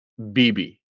bb